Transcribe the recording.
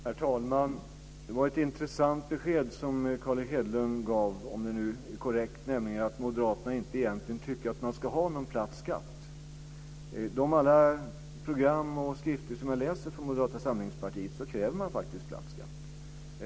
Herr talman! Det var ett intressant besked som Carl Erik Hedlund gav, om det nu är korrekt, nämligen att moderaterna egentligen inte tycker att man ska någon platt skatt. I alla de program och skrifter som man läser från Moderata samlingspartiet krävs det faktiskt en platt skatt.